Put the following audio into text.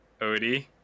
Odie